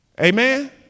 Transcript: Amen